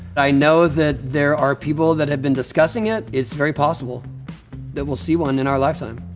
i know that there are people that have been discussing it. it's very possible that we'll see one in our lifetime.